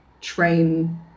train